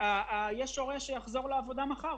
הורה שיחזור לעבודה מחר